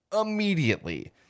immediately